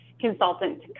consultant